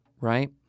right